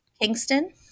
Kingston